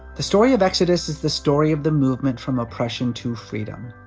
the story of exodus is the story of the movement from oppression to freedom,